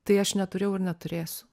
tai aš neturėjau ir neturėsiu